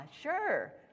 sure